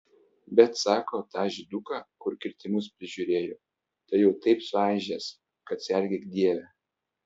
bet sako tą žyduką kur kirtimus prižiūrėjo tai jau taip suaižęs kad sergėk dieve